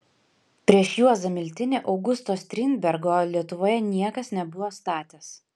prieš juozą miltinį augusto strindbergo lietuvoje niekas nebuvo statęs